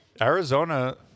Arizona